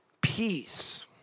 Peace